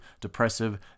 depressive